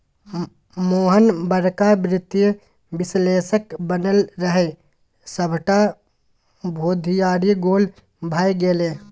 मोहन बड़का वित्तीय विश्लेषक बनय रहय सभटा बुघियारी गोल भए गेलै